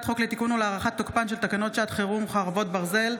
מאת חברת הכנסת חוה אתי עטייה,